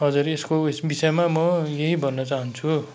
हजुर यसको उयेस विषयमा म यही भन्न चाहन्छु